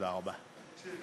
תודה רבה.